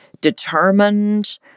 determined